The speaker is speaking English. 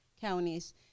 counties